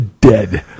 dead